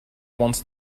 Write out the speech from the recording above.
once